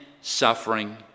suffering